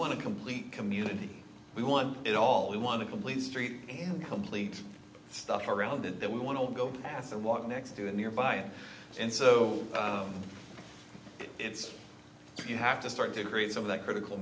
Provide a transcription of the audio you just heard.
want to complete community we want it all we want to complete street complete stuff around it that we want to go past and walk next to a nearby and and so it's you have to start to create some of that critical